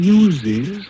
uses